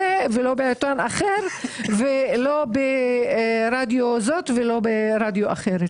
ולא בעיתון אחר וברדיו זה ולא ברדיו אחר.